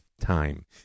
time